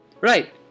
Right